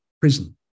prison